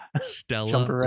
Stella